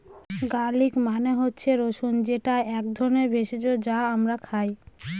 garlic মানে হচ্ছে রসুন যেটা এক ধরনের ভেষজ যা আমরা খাই